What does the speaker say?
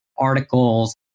articles